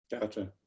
Gotcha